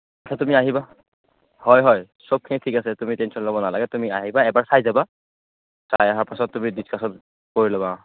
তুমি আহিবা হয় হয় সবখিনি ঠিক আছে তুমি টেনশ্যন ল'ব নালাগে তুমি আহিবা এবাৰ চাই যাবা চাই অহা পাছত তুমি ডিচকাশ্যন কৰি ল'বা